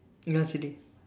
you want silly